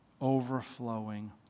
overflowing